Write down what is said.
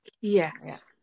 yes